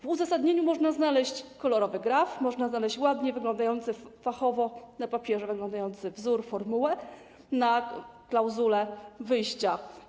W uzasadnieniu można znaleźć kolorowy graf, można znaleźć ładnie wyglądające, fachowo na papierze wyglądający wzór formuły na klauzulę wyjścia.